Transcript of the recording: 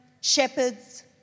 shepherds